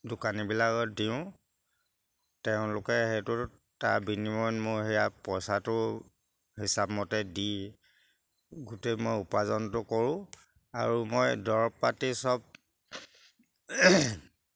দোকানীবিলাকত দিওঁ তেওঁলোকে সেইটো তাৰ বিনিময়ত মোৰ সেয়া পইচাটো হিচাপমতে দি গোটেই মই উপাৰ্জনটো কৰোঁ আৰু মই দৰৱ পাতি চব